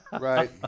Right